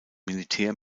militär